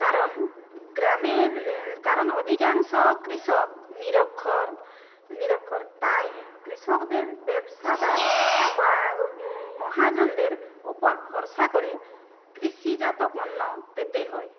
কারণ গ্রামের কারণ অধিকাংশ কৃষক নিরক্ষর নিরক্ষর তাই কৃষকদের ব্যবসাদার বা মহাজনদের ওপর ভরসা করে কৃষিজাত পণ্য পেতে হয়